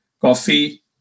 coffee